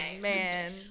man